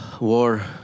war